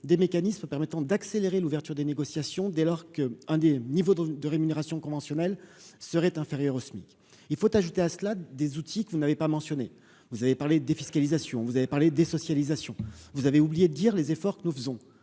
des mécanismes permettant d'accélérer l'ouverture des négociations dès lors qu'un des niveaux de rémunération conventionnelle serait inférieur au SMIC, il faut ajouter à cela des outils que vous n'avez pas mentionné, vous avez parlé de défiscalisation, vous avez parlé des socialisation, vous avez oublié de dire les efforts que nous faisons